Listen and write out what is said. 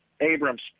Abrams